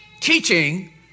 Teaching